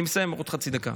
אני מסיים בעוד חצי דקה.